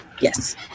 Yes